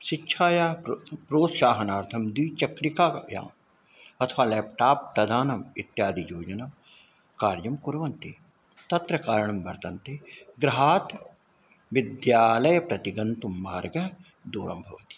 शिक्षायाः प्रो प्रोत्साहनार्थं द्विचक्रिकाया अथवा ल्याप्टाप् प्रदानम् इत्यादि योजनं कार्यं कुर्वन्ति तत्र कारणं वर्तन्ते गृहात् विद्यालयं प्रतिगन्तुम् मार्गः दूरं भवति